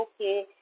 okay